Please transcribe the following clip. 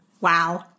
wow